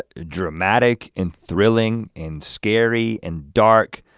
dramatic, and thrilling, and scary, and dark,